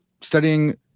studying